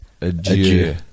Adieu